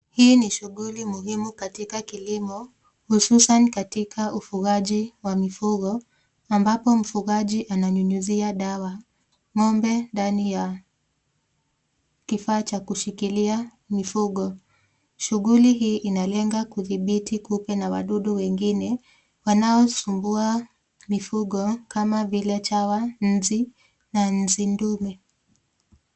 Hii ni shughuli muhimu katika kilimo, hususan katika ufugaji wa mifugo ambapo mfugaji ananyunyizia dawa ng'ombe ndani ya kifaa cha kushikilia mifugo. Shughuli hii inalenga kuthibiti kupe na wadudu wengine wanaosumbua mifugo kama vile chawa, nzi na nzi ndume.